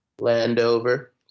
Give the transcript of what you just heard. Landover